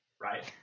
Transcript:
right